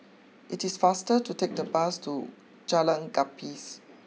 it is faster to take the bus to Jalan Gapis